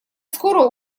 скоро